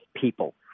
people